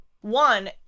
One